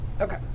Okay